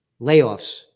layoffs